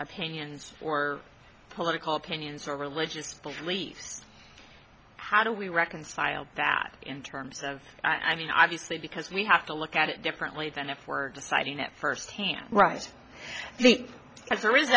opinions or political opinions or religious beliefs how do we reconcile that in terms of i mean obviously because we have to look at it differently than if we're deciding it first right the